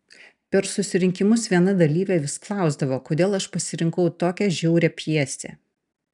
per susirinkimus viena dalyvė vis klausdavo kodėl aš pasirinkau tokią žiaurią pjesę